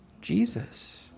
Jesus